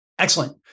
Excellent